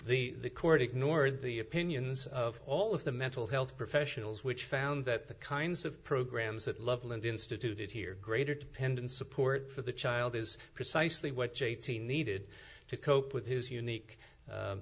the court ignored the opinions of all of the mental health professionals which found that the kinds of programs that loveland instituted here greater dependence support for the child is precisely what j t needed to cope with his unique